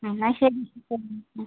എന്നാൽ ശരി